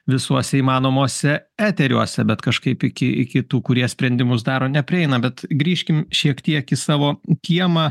visuose įmanomuose eteriuose bet kažkaip iki iki tų kurie sprendimus daro neprieina bet grįžkim šiek tiek į savo kiemą